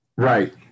Right